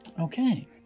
Okay